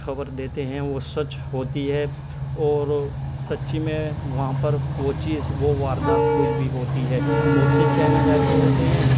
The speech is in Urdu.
خبر دیتے ہیں وہ سچ ہوتی ہے اور سچی میں وہاں پر وہ چیز وہ واردات ہوئی وی ہوتی ہے بہت سے چینل ایسے ہوتے ہیں